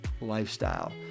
lifestyle